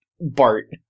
Bart